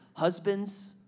Husbands